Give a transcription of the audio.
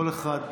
כל אחד